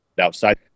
outside